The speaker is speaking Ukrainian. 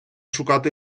шукати